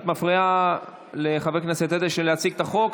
את מפריעה לחבר הכנסת אדלשטיין להציג את החוק.